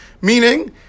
Meaning